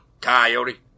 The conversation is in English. Coyote